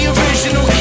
original